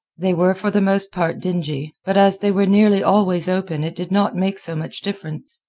they were for the most part dingy, but as they were nearly always open it did not make so much difference.